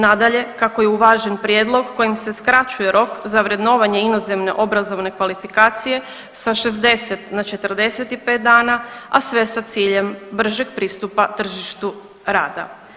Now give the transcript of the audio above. Nadalje, kako je uvažen prijedlog kojim se skraćuje rok za vrednovanje inozemne obrazovne kvalifikacije sa 60 na 45 dana, a sve sa ciljem bržeg pristupa tržištu rada.